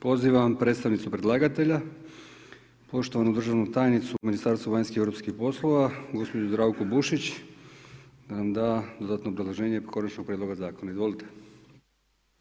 Pozivam predstavnicu predlagatelja, poštovanu državnu tajnicu u Ministarstvu vanjskih i europskih poslova, gospođu Zdravku Bušić, da nam da dodatno obrazloženje konačnog prijedloga Zakona, izvolite.